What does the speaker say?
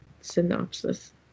Synopsis